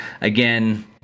again